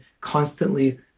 constantly